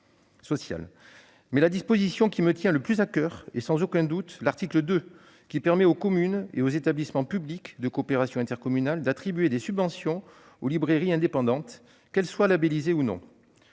Mais la disposition qui me tient le plus à coeur est sans aucun doute l'article 2, qui permet aux communes et aux établissements publics de coopération intercommunale (EPCI) d'attribuer des subventions aux librairies indépendantes, qu'elles soient labellisées ou non.